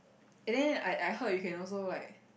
and then I I heard you can also like